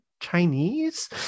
Chinese